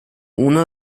uno